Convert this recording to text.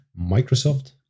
Microsoft